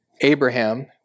Abraham